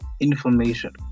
information